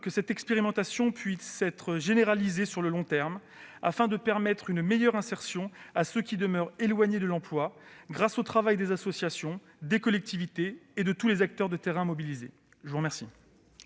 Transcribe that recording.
que cette expérimentation puisse être généralisée sur le long terme, afin de permettre une meilleure insertion à ceux qui demeurent éloignés de l'emploi, grâce au travail des associations, des collectivités et de tous les acteurs de terrain mobilisés. La parole